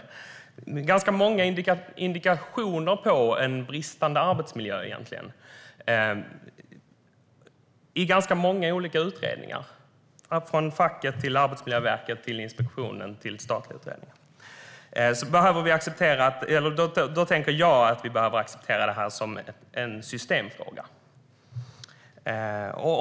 Det är ganska många indikationer på bristande arbetsmiljö, i ganska många olika utredningar från alltifrån facket till Arbetsmiljöverket till inspektionen till statliga utredningar. Då tänker jag att vi behöver acceptera det som en systemfråga.